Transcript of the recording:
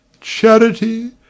Charity